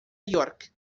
york